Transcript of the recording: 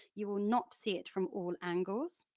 you will not see it from all angles.